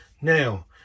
now